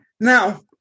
Now